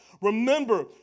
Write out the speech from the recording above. Remember